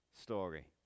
story